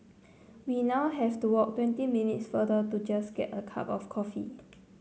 we now have to walk twenty minutes farther to just get a cup of coffee